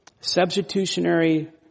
substitutionary